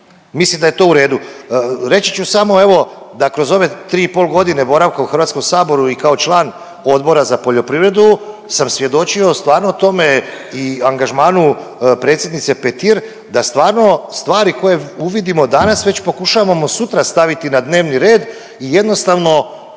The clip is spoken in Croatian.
mislim da je to u redu. Reći su samo evo da kroz ove 3,5 godine boravka u Hrvatskom saboru i kao član Odbora za poljoprivredu sam svjedočio stvarno tome i angažmanu predsjednice Petir da stvarno stvari koje uvidimo danas već pokušavamo sutra staviti na dnevni red i jednostavno